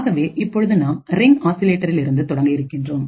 ஆகவே இப்பொழுது நாம் ரிங் ஆசிலேட்டரில் இருந்து தொடங்க இருக்கின்றோம்